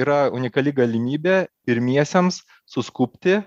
yra unikali galimybė pirmiesiems suskubti